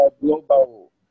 global